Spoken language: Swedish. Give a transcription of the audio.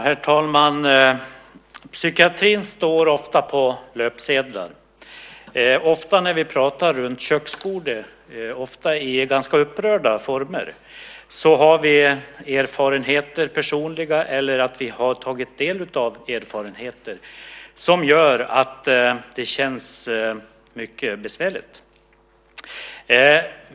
Herr talman! Psykiatrin står ofta på löpsedlar. När vi pratar runt köksbordet, ofta i ganska upprörda former, har vi personliga erfarenheter eller tagit del av erfarenheter som gör att det känns mycket besvärligt.